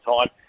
time